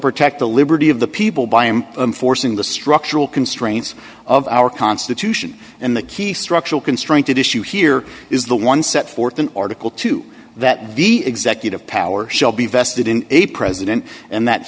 protect the liberty of the people by him forcing the structural constraints of our constitution and the key structural constraint issue here is the one set forth an article two that the executive power shall be vested in a president and that